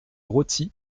roty